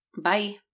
Bye